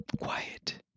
quiet